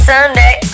Sunday